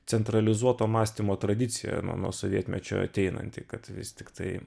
centralizuoto mąstymo tradicija nuo sovietmečio ateinanti kad vis tiktai